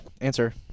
Answer